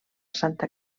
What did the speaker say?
santa